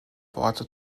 worte